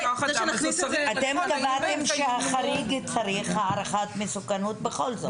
אתם קבעתם שהחריג צריך הערכת מסוכנות בכל זאת.